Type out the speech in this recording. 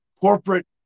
Corporate